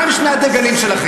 מה הם שני הדגלים שלכם?